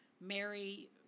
Mary